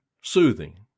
Soothing